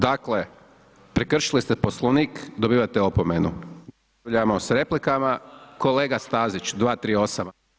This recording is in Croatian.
Dakle, prekršili ste Poslovnik, dobivate opomenu, nastavljamo s replikama, kolega Stazić, 238.